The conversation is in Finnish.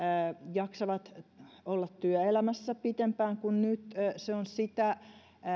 jaksavat olla työelämässä pitempään kuin nyt se on myös sitä